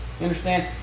understand